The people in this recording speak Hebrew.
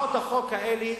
הצעות החוק האלה,